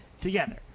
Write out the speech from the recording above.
together